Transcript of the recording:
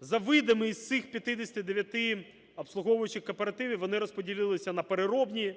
За видами із цих 589 обслуговуючих кооперативів вони розподілилися на: переробні,